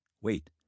Wait